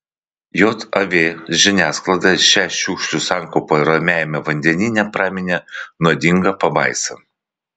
jav žiniasklaida šią šiukšlių sankaupą ramiajame vandenyne praminė nuodinga pabaisa